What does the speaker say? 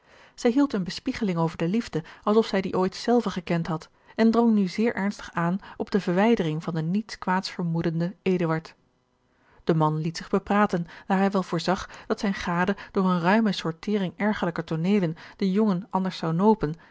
zij hield eene bespiegeling over de liefde als of zij die ooit zelve gekend had en drong nu zeer ernstig aan op de verwijdering van den niets kwaads vermoedenden de man liet zich bepraten daar hij wel voorzag dat zijne gade door eene ruime sortering ergerlijke tooneelen den jongen anders zou nopen